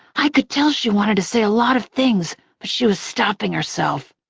i could tell she wanted to say a lot of things but she was stopping herself.